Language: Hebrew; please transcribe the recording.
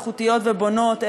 איכותיות ובונות,